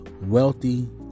wealthy